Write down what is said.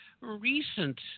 recent